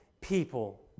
people